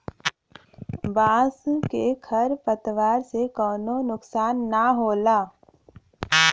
बांस के खर पतवार से कउनो नुकसान ना होला